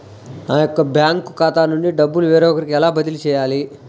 నా యొక్క బ్యాంకు ఖాతా నుండి డబ్బు వేరొకరికి ఎలా బదిలీ చేయాలి?